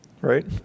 Right